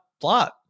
plot